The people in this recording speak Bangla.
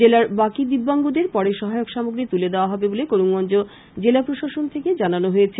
জেলার বাকি দিব্যাংগদের পরে সহায়ক সামগ্রী তুলে দেওয়া হবে বলে করিমগঞ্জ জেলা প্রশাসন থেকে জানানো হয়েছে